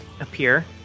appear